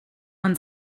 man